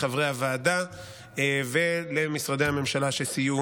לחברי הוועדה ולמשרדי הממשלה שסייעו